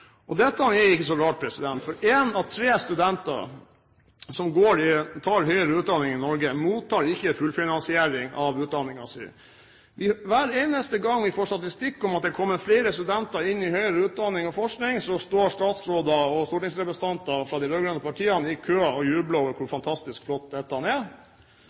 Dette er ikke så rart, for én av tre studenter som tar høyere utdanning i Norge, mottar ikke fullfinansiering av utdanningen sin. Hver eneste gang vi får statistikk om at det kommer flere studenter inn i høyere utdanning og forskning, står statsråder og stortingsrepresentanter fra de rød-grønne partiene i kø og jubler over hvor fantastisk flott dette er.